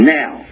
now